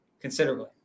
considerably